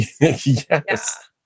yes